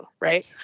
Right